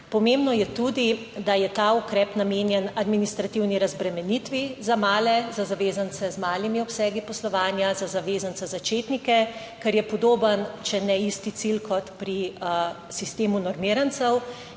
Pomembno je tudi, da je ta ukrep namenjen administrativni razbremenitvi za male, za zavezance z malimi obsegi poslovanja, za zavezance začetnike, kar je podoben, če ne isti cilj kot pri **72.